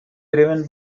driven